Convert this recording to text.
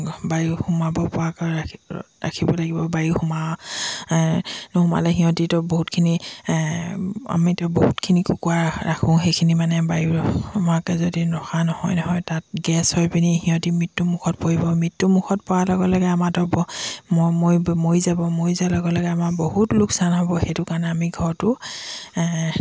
বায়ু সোমাব পৰাকৈ ৰাখি ৰাখিব লাগিব বায়ু সোমা নোসোমালে সিহঁতিতো বহুতখিনি আমি তেওঁ বহুতখিনি কুকুৰা ৰাখোঁ সেইখিনি মানে বায়ু সোমোৱাকৈ যদি ৰখা নহয় নহয় তাত গেছ হৈ পিনি সিহঁতি মৃত্যু মুখত পৰিব মৃত্যু মুখত পৰাৰ লগে লগে আমাৰতো ব ম মৰি যাব মৰি যোৱাৰ লগে লগে আমাৰ বহুত লোকচান হ'ব সেইটো কাৰণে আমি ঘৰটো